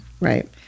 Right